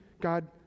God